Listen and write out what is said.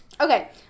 Okay